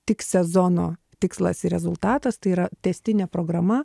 tik sezono tikslas ir rezultatas tai yra tęstinė programa